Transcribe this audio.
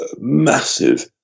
massive